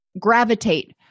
gravitate